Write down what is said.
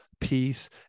peace